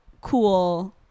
cool